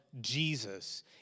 Jesus